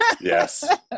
yes